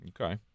Okay